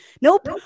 nope